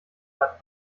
bad